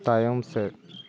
ᱛᱟᱭᱚᱢ ᱥᱮᱫ